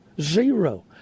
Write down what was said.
Zero